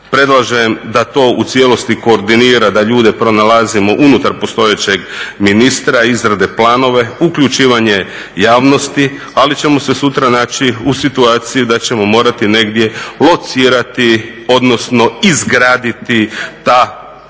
predlažem da to u cijelosti koordinira, da ljude pronalazimo unutar postojećeg ministra, izrade planove, uključivanje javnosti, ali ćemo se sutra naći u situaciji da ćemo morati negdje locirati, odnosno izgraditi ta skladišta